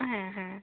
হ্যাঁ হ্যাঁ